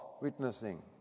witnessing